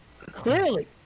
Clearly